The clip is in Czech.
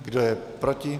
Kdo je proti?